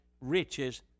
riches